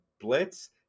blitz